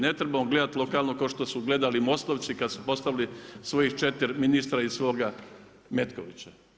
Ne trebamo gledati lokalno kao što su gledali MOST-ovci kada su postavili svojih 4 ministra iz svoga Metkovića.